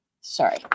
sorry